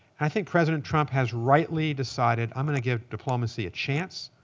i think president trump has rightly decided i'm going to give diplomacy a chance.